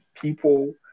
people